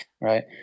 right